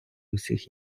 всіх